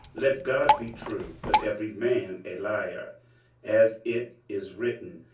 let god be true, but every man a liar as it is written,